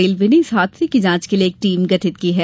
railway ने इस हादसे की जांच के लिये एक टीम गठित की है